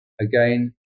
again